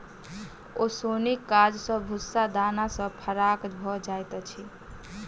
ओसौनीक काज सॅ भूस्सा दाना सॅ फराक भ जाइत अछि